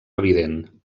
evident